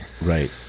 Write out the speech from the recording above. right